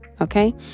Okay